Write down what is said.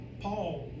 Paul